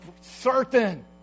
certain